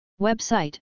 Website